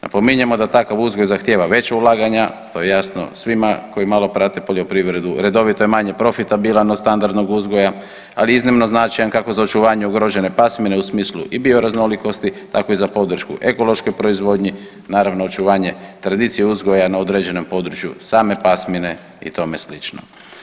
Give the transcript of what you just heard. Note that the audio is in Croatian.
Napominjemo da takav uzgoj zahtjeva veća ulaganja, to je jasno svima koji malo prate poljoprivredu, redovito je manje profitabilan od standardnog uzgoja, ali iznimno značajan kako za očuvanje ugrožene pasmine u smislu i bioraznolikosti tako i za podršku ekološkoj proizvodnji, naravno očuvanje tradicije uzgoja na određenom području same pasmine i tome slično.